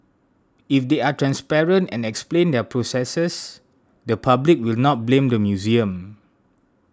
if they are transparent and explain their processes the public will not blame the museum